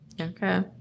Okay